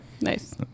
nice